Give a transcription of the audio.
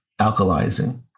alkalizing